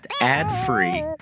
ad-free